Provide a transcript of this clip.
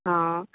ആ